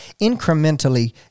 incrementally